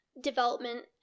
development